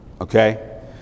Okay